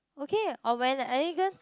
okay or when are you goin~